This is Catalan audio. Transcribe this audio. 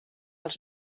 als